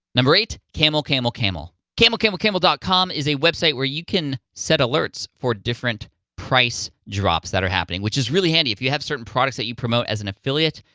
number eight, camelcamelcamel. camelcamelcamel dot com is a website where you can set alerts for different price drops that are happening, which is really handy. if you have certain products that you promote as an affiliate,